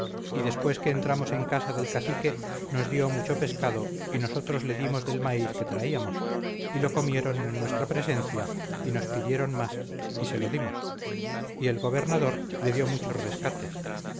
y después que entramos en casa del cacique nos dio mucho pescado y nosotros le dimos del maíz que traíamos y lo comieron en nuestra presencia y nos pidieron más y se lo dimos y el gobernador le dio muchos rescates